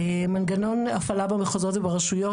מנגנון הפעלה במחוזות וברשויות,